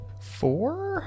Four